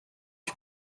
off